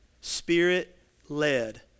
Spirit-led